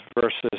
versus